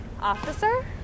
officer